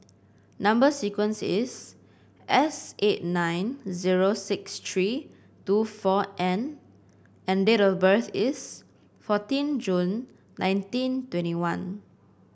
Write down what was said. number sequence is S eight nine zero six three two four N and date of birth is fourteen June nineteen twenty one